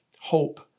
hope